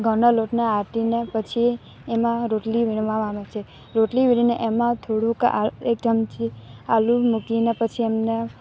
ઘઉંના લોટને આટીને પછી એમાં રોટલી વણવામાં આવામાં આવે છે રોટલી વીણીને એમા થોડુંક એક ચમચી આલુ મૂકીને પછી એમને